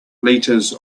liters